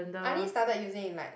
I only started using in like